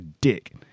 dick